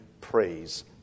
praise